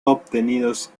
obtenidos